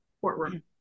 courtroom